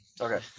Okay